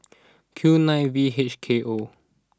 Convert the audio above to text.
Q nine V H K O